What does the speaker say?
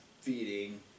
feeding